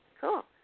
Cool